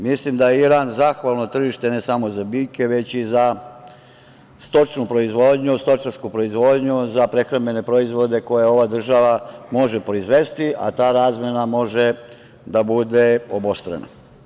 Mislim da je Iran zahvalno tržište, ne samo za biljke, već i za stočnu proizvodnju, stočarsku proizvodnju za prehrambene proizvode koje ova država može proizvesti, a ta razmena može da bude obostrana.